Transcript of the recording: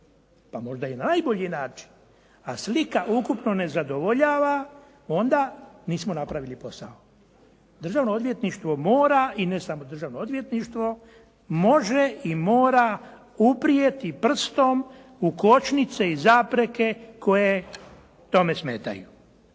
pa možda i najbolji način, a slika ukupno ne zadovoljava, onda nismo napravili posao. Državno odvjetništvo mora i ne samo državno odvjetništvo može i mora uprijeti prstom u kočnice i zapreke koje tome smetaju.